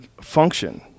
function